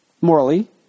morally